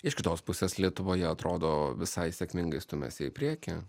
iš kitos pusės lietuvoje atrodo visai sėkmingai stumiasi į priekį